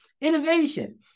innovation